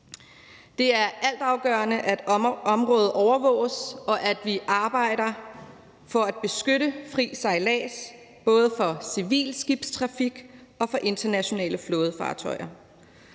Det er altafgørende, at området overvåges, og at vi arbejder for at beskytte den fri sejlads, både for civil skibstrafik og for internationale flådefartøjer.